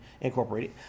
Incorporated